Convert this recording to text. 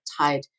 tide